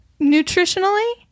Nutritionally